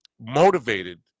motivated